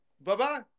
bye-bye